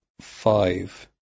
five